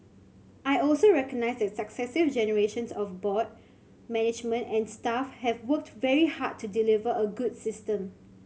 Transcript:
I also recognise that successive generations of board management and staff have worked very hard to deliver a good system